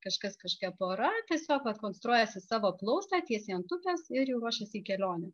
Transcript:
kažkas kažkokia pora tiesiog vat konstruojasi savo plaustą tiesiai ant upės ir ruošiasi į kelionę